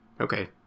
okay